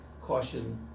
caution